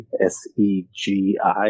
S-E-G-I